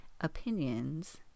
opinions